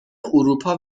اروپا